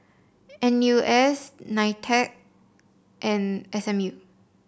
N U S Nitec and S M U